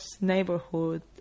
neighborhood